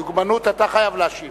דוגמנות, אתה חייב להשיב.